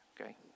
Okay